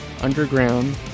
underground